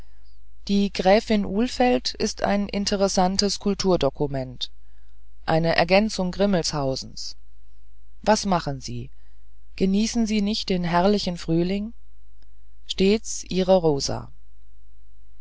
die gräfin ulfeldt ist ein interessantes kulturdokument eine ergänzung grimmelshausens was machen sie genießen sie nicht den herrlichen frühling stets ihre rosa